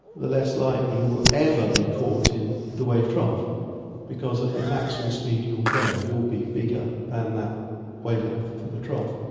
the less likely like you will ever be caught in the wave trough because at the maximum speed you will go you will be bigger than that wave length for the trough.